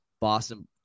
Boston